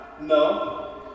No